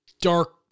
dark